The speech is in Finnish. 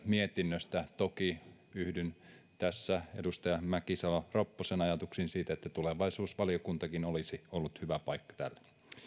mietinnöstä toki yhdyn tässä edustaja mäkisalo ropposen ajatuksiin siitä että tulevaisuusvaliokuntakin olisi ollut hyvä paikka tälle